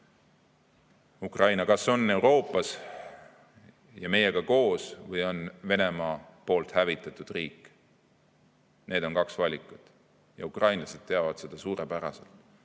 Ukraina kas on Euroopas ja meiega koos või ta on Venemaa poolt hävitatud riik. Need on kaks valikut ja ukrainlased teavad seda suurepäraselt.60%